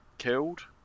killed